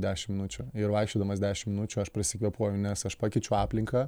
dešim minučių ir vaikščiodamas dešim minučių aš prasikvėpuoju nes aš pakeičiu aplinką